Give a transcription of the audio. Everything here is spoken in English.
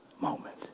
moment